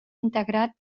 integrat